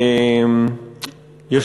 תודה רבה,